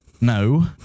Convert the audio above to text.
No